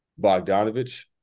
Bogdanovich